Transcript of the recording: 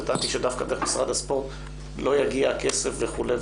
וטענתי שדווקא דרך משרד הספורט לא יגיע הכסף וכו'.